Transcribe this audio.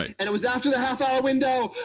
and it was after the half-hour window.